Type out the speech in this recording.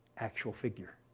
actual figure.